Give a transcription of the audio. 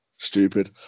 Stupid